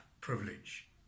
privilege